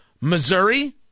Missouri